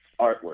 artwork